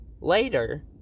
later